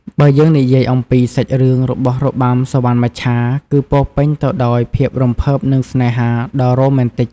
បើយើងនិយាយអំពី សាច់រឿងរបស់របាំសុវណ្ណមច្ឆា គឺពោរពេញទៅដោយភាពរំភើបនិងស្នេហាដ៏រ៉ូមែនទិក។